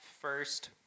first